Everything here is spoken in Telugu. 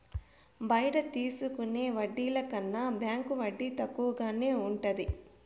బయట తీసుకునే వడ్డీల కన్నా బ్యాంకు వడ్డీ తక్కువగానే ఉంటది